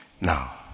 Now